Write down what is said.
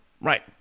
Right